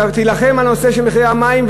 שתילחם על מחירי המים,